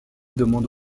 demande